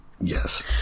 Yes